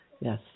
Yes